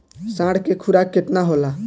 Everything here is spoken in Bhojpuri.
साँढ़ के खुराक केतना होला?